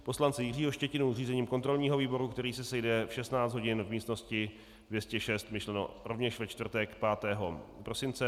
Poslance Jiřího Štětinu řízením kontrolního výboru, který se sejde v 16 hodin v místnosti 206, myšleno rovněž ve čtvrtek 5. prosince.